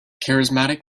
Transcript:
charismatic